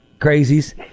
crazies